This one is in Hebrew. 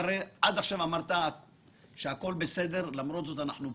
עד עכשיו אמרת שהכול בסדר, למרות זאת אנחנו פה.